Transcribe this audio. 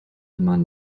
man